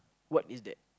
what is that